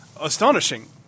Astonishing